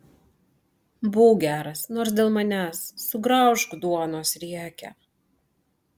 būk geras nors dėl manęs sugraužk duonos riekę